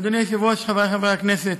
אדוני היושב-ראש, חברי חברי הכנסת,